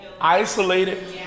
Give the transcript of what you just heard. isolated